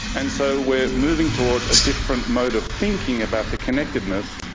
and so we are moving towards a different mode of thinking about the connectedness,